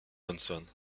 johnson